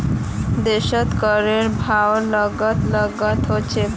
देशत करेर भाव अलग अलग ह छेक